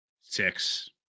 six